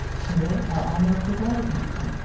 here are al most-a-dog mountain,